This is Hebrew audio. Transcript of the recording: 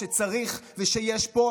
שצריך ושיש פה,